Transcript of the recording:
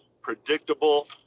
predictable